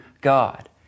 God